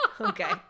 Okay